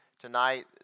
tonight